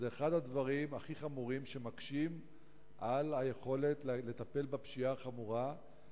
זה אחד הדברים הכי חמורים שמקשים על היכולת לטפל בפשיעה החמורה.